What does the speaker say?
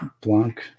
blanc